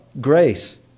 grace